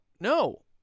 no